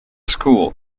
school